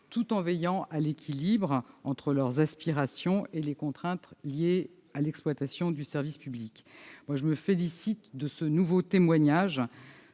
tout en veillant à l'équilibre entre leurs aspirations et les contraintes liées à l'exploitation du service public. Je me félicite de ce nouveau témoignage